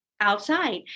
outside